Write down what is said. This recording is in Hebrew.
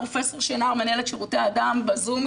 פרופ' שנער מנהלת שירותי הדם בזום,